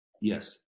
Yes